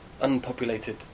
unpopulated